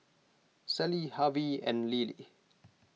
Sally Harvie and Lillie